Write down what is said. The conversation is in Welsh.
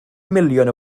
miliwn